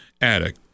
attic